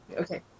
Okay